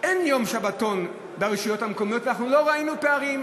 אין יום שבתון בבחירות לרשויות המקומיות ואנחנו לא ראינו פערים,